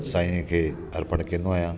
साईंअ खे अर्पण कंदो आहिंयां